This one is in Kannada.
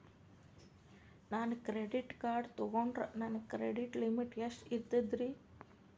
ನಾನು ಕ್ರೆಡಿಟ್ ಕಾರ್ಡ್ ತೊಗೊಂಡ್ರ ನನ್ನ ಕ್ರೆಡಿಟ್ ಲಿಮಿಟ್ ಎಷ್ಟ ಇರ್ತದ್ರಿ?